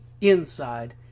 inside